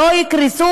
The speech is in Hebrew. שלא יקרסו,